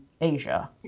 asia